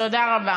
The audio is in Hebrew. תודה רבה.